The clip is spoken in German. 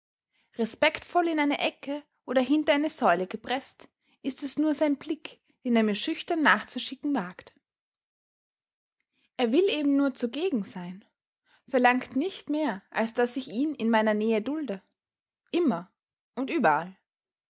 respektvoll in eine ecke oder hinter eine säule gepreßt ist es nur sein blick den er mir schüchtern nachzuschicken wagt er will eben nur zugegen sein verlangt nicht mehr als daß ich ihn in meiner nähe dulde immer und überall